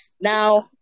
now